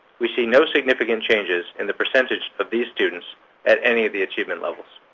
we see no significant changes in the percentage of these students at any of the achievement levels.